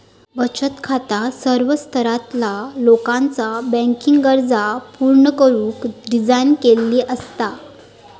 बचत खाता सर्व स्तरातला लोकाचा बँकिंग गरजा पूर्ण करुक डिझाइन केलेली असता